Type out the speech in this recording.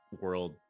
world